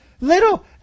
Little